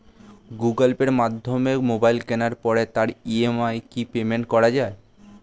Google পের মাধ্যমে mobile কেনার পরে তার ই.এম.আই কি পেমেন্ট করা যায়?